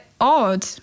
odd